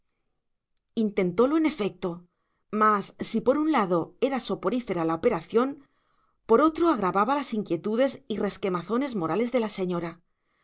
carretilla intentolo en efecto mas si por un lado era soporífera la operación por otro agravaba las inquietudes y resquemazones morales de la señora